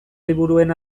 liburuen